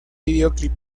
videoclip